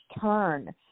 turn